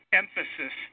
emphasis